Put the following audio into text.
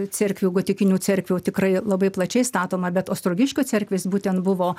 cerkvių gotikinių cerkvių tikrai labai plačiai statoma bet ostrogiškio cerkvės būtent buvo